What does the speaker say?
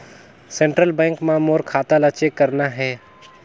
Central bank मां मोर खाता ला चेक करना हे?